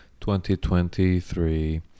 2023